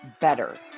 better